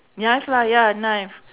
ya knife lah ya knife